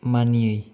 मानियै